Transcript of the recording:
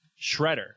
shredder